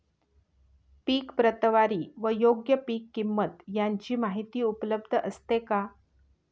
पीक प्रतवारी व योग्य पीक किंमत यांची माहिती उपलब्ध असते का?